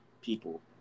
people